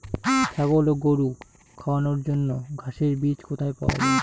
ছাগল ও গরু খাওয়ানোর জন্য ঘাসের বীজ কোথায় পাওয়া যায়?